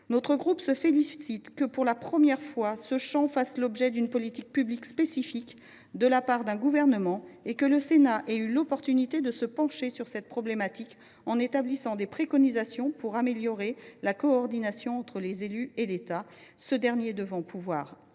Notre groupe se félicite que, pour la première fois, ce sujet fasse l’objet d’une politique publique spécifique de la part d’un gouvernement. Surtout, nous nous réjouissons que le Sénat ait eu l’occasion de se pencher sur cette problématique en formulant des préconisations pour améliorer la coordination entre les élus et l’État, ce dernier devant pouvoir